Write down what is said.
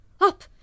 Up